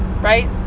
right